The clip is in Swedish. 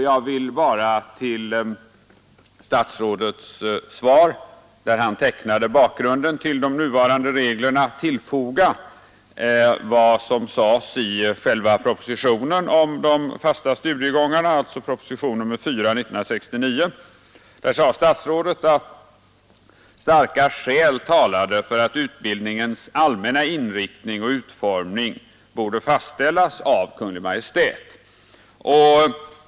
Jag vill bara till statsrådets svar, där han tecknade bakgrunden till de nuvarande reglerna, tillfoga vad som sades i själva propositionen om de fasta studiegångarna, alltså propositionen 4 år 1969. Där sade statsrådet att starka skäl talade för att utbildningens allmänna inriktning och utformning borde fastställas av Kungl. Maj:t.